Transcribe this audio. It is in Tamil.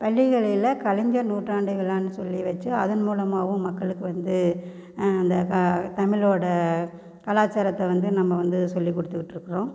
பள்ளிகளில் கலைஞர் நூற்றாண்டு விழான்னு சொல்லி வச்சு அதன் மூலமாகவும் மக்களுக்கு வந்து அந்த தமிழோட கலாச்சாரத்தை வந்து நம்ம வந்து சொல்லிக்கொடுத்துட்டு இருக்கிறோம்